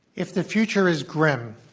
if the future is grim,